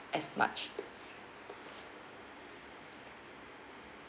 as much